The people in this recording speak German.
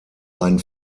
ein